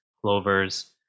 clovers